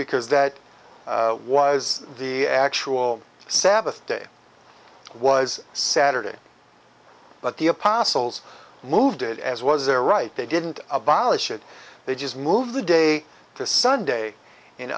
because that was the actual sabbath day was saturday but the apostles moved it as was their right they didn't abolish it they just move the day to sunday in